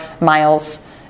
miles